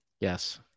Yes